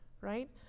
right